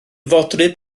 fodryb